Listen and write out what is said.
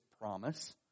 promise